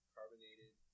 Carbonated